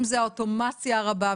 אם זו האוטומציה הרבה,